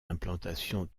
implantations